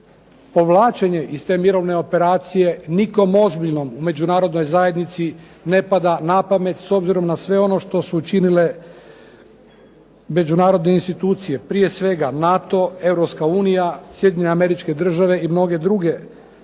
Povlačenje iz te mirovne operacije nikom ozbiljnom u međunarodnoj zajednici ne pada na pamet s obzirom na sve ono što su učinile međunarodne institucije, prije svega NATO, Europska unija, Sjedinjene Američke Države i mnoge druge članice